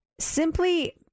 simply